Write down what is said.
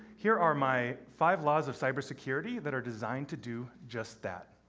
here are my five laws of cybersecurity that are designed to do just that.